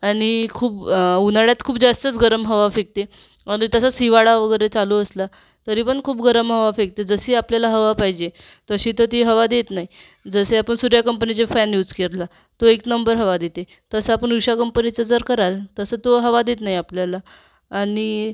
आणि खूप उन्हाळ्यात खूप जास्तच गरम हवा फेकते आणि तसंच हिवाळा वगैरे चालू असला तरी पण खूप गरम हवा फेकते जशी आपल्याला हवा पाहिजे तशी तर् ती हवा देत नाही जसे आपण सूर्या कंपनीचे फॅन यूज केतला तो एक नंबर हवा देते तसा आपण उषा कंपनीचं जर कराल तसं तो हवा देत नाही आपल्याला आणि